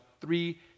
three